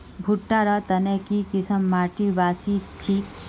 भुट्टा र तने की किसम माटी बासी ठिक?